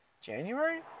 january